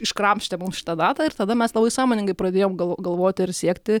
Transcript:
iškrapštė mums šitą datą ir tada mes labai sąmoningai pradėjom gal galvoti ir siekti